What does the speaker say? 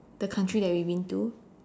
the country that we've been to